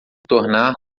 tornar